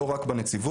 לא רק בנציבות.